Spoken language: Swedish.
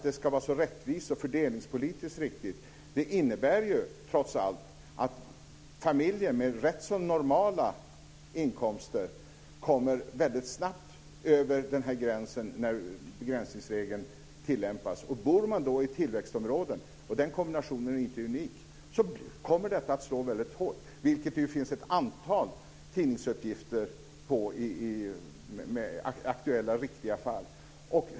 Det ska vara så rättvist och fördelningspolitiskt riktigt, säger Socialdemokraterna. Men det innebär trots allt att familjer med rätt så normala inkomster väldigt snabbt kommer över gränsen när begränsningsregeln tillämpas. Bor familjen då i ett tillväxtområde - den kombinationen är inte unik - så kommer detta att slå hårt. Det finns ett antal tidningsuppgifter om detta som gäller aktuella, riktiga fall.